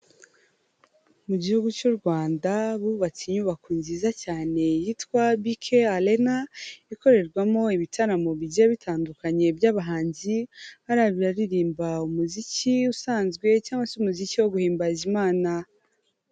Mu gihugu cy'u Rwanda bubatse inyubako nziza cyane yitwa BK Arena, ikorerwamo ibitaramo bigiye bitandukanye by'abahanzi, ari abaririmba umuziki usanzwe cyangwa se umuziki wo guhimbaza Imana.